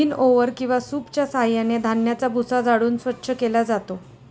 विनओवर किंवा सूपच्या साहाय्याने धान्याचा भुसा झाडून स्वच्छ केला जातो